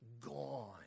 gone